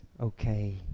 okay